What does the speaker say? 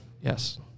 Yes